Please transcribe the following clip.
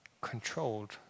controlled